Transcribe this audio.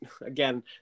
again